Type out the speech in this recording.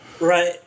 right